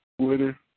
Twitter